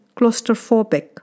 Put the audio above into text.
claustrophobic